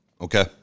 Okay